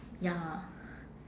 ya